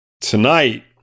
Tonight